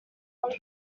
one